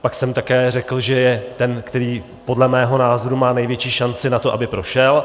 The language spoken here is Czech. Pak jsem také řekl, že je ten, který podle mého názoru má největší šanci na to, aby prošel.